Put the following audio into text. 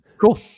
Cool